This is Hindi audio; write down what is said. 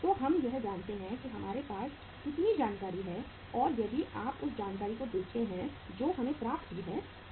तो हम यह जानते हैं कि हमारे पास कितनी जानकारी है और यदि आप उस जानकारी को देखते हैं जो हमें प्राप्त हुई है